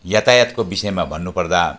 यातायातको विषयमा भन्नु पर्दा